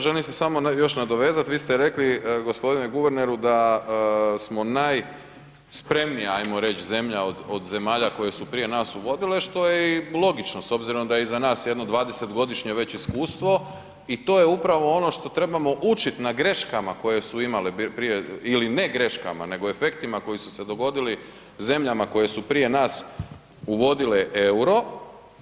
Želim se samo još nadovezati, vi ste rekli gospodine guverneru da smo najspremnija ajmo reći zemlja od zemalja koje su prije nas uvodile što je i logično s obzirom da je iza nas jedno 20-godišnje već iskustvo i to je upravo ono što trebamo učiti na greškama koje su imale prije ili ne greškama nego efektima koji su se dogodili zemljama koje su prije nas uvodile EUR-o.